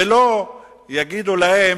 ולא יגידו להם: